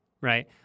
right